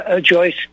Joyce